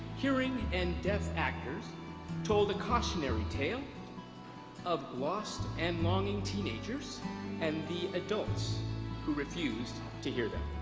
hearing and deaf actors told a cautionary tale of lost and longing teenagers and the adults who refused to hear them.